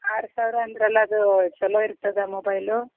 ಆರು ಸಾವಿರ ಅಂದಿರಲ್ಲ ಅದು ಛಲೋ ಇರ್ತದಾ ಮೊಬೈಲು